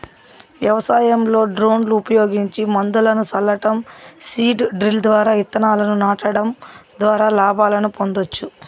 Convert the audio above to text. వ్యవసాయంలో డ్రోన్లు ఉపయోగించి మందును సల్లటం, సీడ్ డ్రిల్ ద్వారా ఇత్తనాలను నాటడం ద్వారా లాభాలను పొందొచ్చు